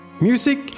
Music